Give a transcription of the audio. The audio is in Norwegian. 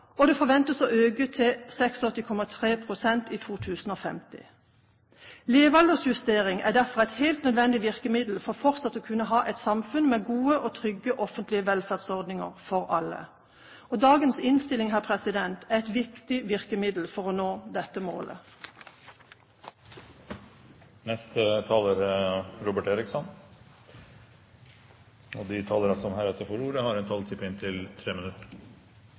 2050. Levealderen forventes å øke med nesten fire år, fra 82,7 år i dag til 86,3 år i 2050. Levealdersjustering er derfor et helt nødvendig virkemiddel for fortsatt å kunne ha et samfunn med gode og trygge offentlige velferdsordninger for alle. Dagens innstilling er et viktig virkemiddel for å nå dette målet. Jeg synes det er ganske interessant det som skjedde på slutten her. Jeg vil minne om det forslaget som Fremskrittspartiet har